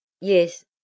Yes